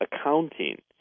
accounting